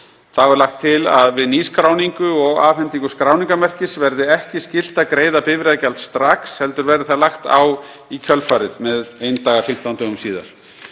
Þá er lagt til að við nýskráningu og afhendingu skráningarmerkis verði ekki skylt að greiða bifreiðagjald strax heldur verði það lagt á í kjölfarið með eindaga 15 dögum síðar.